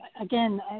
Again